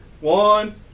one